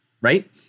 Right